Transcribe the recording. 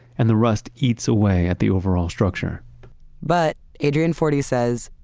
and the rust eats away at the overall structure but adrian forty says,